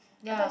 ya